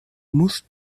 musst